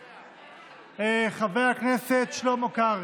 חבר הכנסת שלמה קרעי.